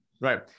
Right